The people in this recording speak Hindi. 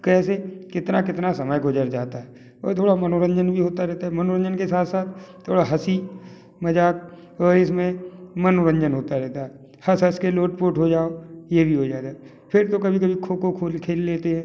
कैसे कितना कितना समय गुज़र जाता है और थोड़ा मनोरंजन भी होता रहता है मनोरंजन के साथ साथ थोड़ा हँसी मज़ाक और इस में मनोरंजन होता रहता है हँस हँस के लोट पोट हो जाओ ये भी हो जाएगा फिर तो कभी कभी खो खो खेल खेल लेते हैं